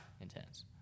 intense